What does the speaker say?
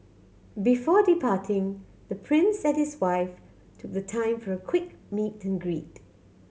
before departing the Prince satisfy took the time for a quick meet and greet